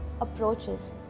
approaches